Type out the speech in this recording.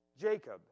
Jacob